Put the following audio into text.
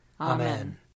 Amen